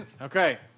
Okay